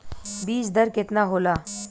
बीज दर केतना होला?